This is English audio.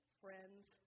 friends